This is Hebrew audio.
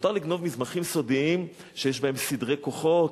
מותר לגנוב מסמכים סודיים שיש בהם סדרי כוחות,